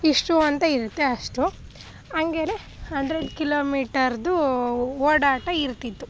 ಇಷ್ಟು ಅಂತ ಇರುತ್ತೆ ಅಷ್ಟು ಹಂಗೇನೆ ಅಂದರೆ ಕಿಲೋಮೀಟರ್ದು ಓಡಾಟ ಇರ್ತಿತ್ತು